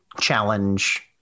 challenge